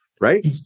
Right